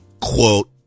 Quote